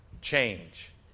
change